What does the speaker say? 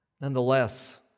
Nonetheless